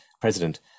president